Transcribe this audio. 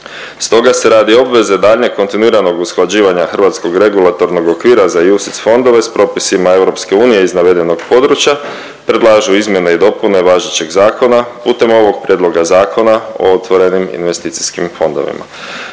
Stoga se radi obveze daljnjeg kontinuiranog usklađivanja hrvatskog regulatornog okvira za UCTIS fondove s propisima EU iz navedenog područja predlažu izmjene i dopune važećeg zakona putem ovog prijedloga Zakona o otvorenim investicijskim fondovima.